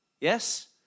Yes